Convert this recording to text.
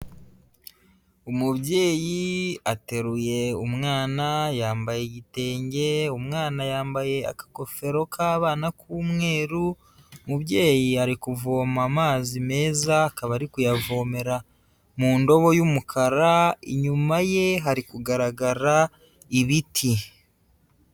Umubyeyi ateruye umwana yambaye igitenge umwana yambaye akagofero k'abana k'umweru, umubyeyi ari kuvoma amazi meza akaba ari kuyavomera mu ndobo y'umukara, inyuma ye hari kugaragara ibiti.